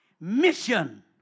Mission